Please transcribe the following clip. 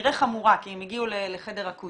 כנראה חמורה, כי הם הגיעו לחדר אקוטי.